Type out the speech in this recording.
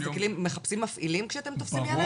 אתם מחפשים מפעילים כשאתם תופסים ילד?